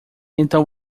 então